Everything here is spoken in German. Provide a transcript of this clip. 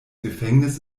gefängnis